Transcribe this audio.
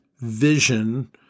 Vision